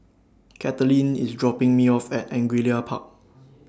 Kathaleen IS dropping Me off At Angullia Park